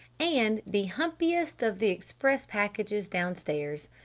and the humpiest of the express packages downstairs.